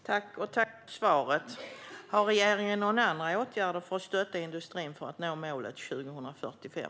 Herr talman! Tack för svaret, statsrådet! Har regeringen några andra åtgärder för att stötta industrin för att nå målet till 2045?